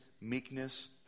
meekness